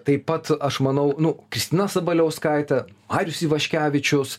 taip pat aš manau nu kristina sabaliauskaitė marius ivaškevičius